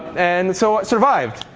and so i survived.